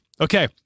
Okay